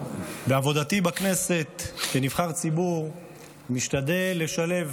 בעבודתי בכנסת כנבחר ציבור אני משתדל לשלב